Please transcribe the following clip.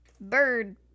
bird